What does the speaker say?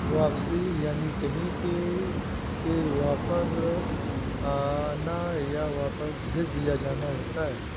वापसी यानि कहीं से वापस आना, या वापस भेज दिया जाना होता है